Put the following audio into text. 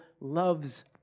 loves